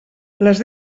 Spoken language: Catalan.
les